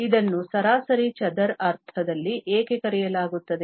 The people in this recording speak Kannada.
ಇದನ್ನು ಸರಾಸರಿ ಚದರ ಅರ್ಥದಲ್ಲಿ ಏಕೆ ಕರೆಯಲಾಗುತ್ತದೆ